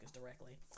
directly